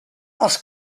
els